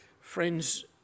Friends